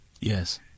Yes